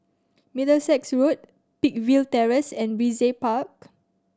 Middlesex Road Peakville Terrace and Brizay Park